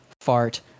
fart